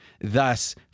Thus